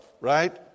right